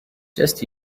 just